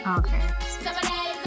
okay